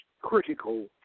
critical